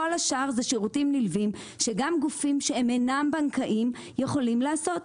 כל השאר זה שירותים נלווים שגם גופים שהם אינם בנקאיים יכולים לעשות.